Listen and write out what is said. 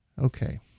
Okay